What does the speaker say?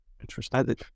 interesting